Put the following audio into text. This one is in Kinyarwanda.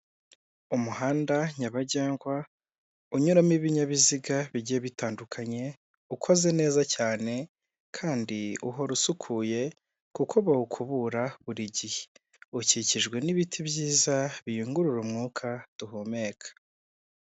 Umuhanda nyabagendwa unyuramo ibinyabiziga bijye bitandukanye, ukoze neza cyane kandi uhora usukuye kuko bawukubura buri gihe, ukikijwe n'ibiti byiza biyungurura umwuka duhumeka.